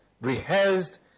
rehearsed